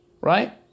right